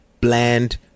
bland